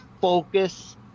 focus